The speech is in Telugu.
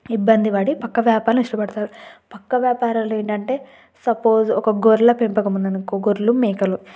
ఇబ్బంది పడి పక్క వ్యాపారాలను ఇష్టపడతారు పక్క వ్యాపారాలు ఏంటంటే సపోజ్ ఒక గొర్రెల పెంపకం ఉందనుకో గొర్లు మేకలు